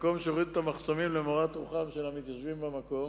מקום שהורידו את המחסומים למורת רוחם של המתיישבים במקום,